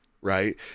right